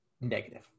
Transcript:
negative